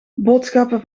boodschappen